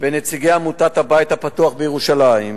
ונציגי עמותת "הבית הפתוח" בירושלים,